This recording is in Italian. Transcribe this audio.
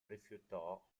rifiutò